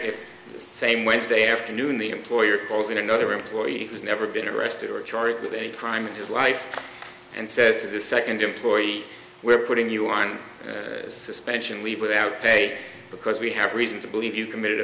if same wednesday afternoon the employer calls in another employee who's never been arrested or charged with a crime and his life and says to the second employee we're putting you on suspension leave without pay because we have reason to believe you committed a